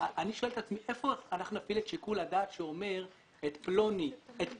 אני שואל את עצמי היכן נפעיל את שיקול הדעת שאומר שאת פלוני אנחנו